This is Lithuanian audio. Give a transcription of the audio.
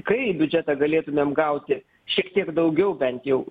kaip biudžetą galėtumėm gauti šiek tiek daugiau bent jau